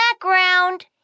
background